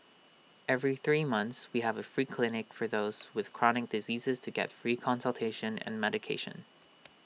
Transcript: every three months we have A free clinic for those with chronic diseases to get free consultation and medication